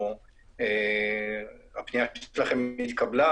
הפנייה התקבלה,